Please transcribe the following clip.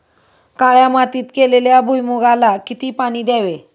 काळ्या मातीत केलेल्या भुईमूगाला किती पाणी द्यावे?